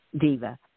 Diva